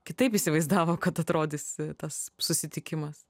kitaip įsivaizdavo kad atrodys tas susitikimas